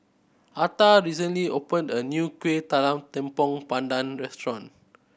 Atha recently opened a new Kuih Talam Tepong Pandan restaurant